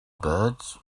birds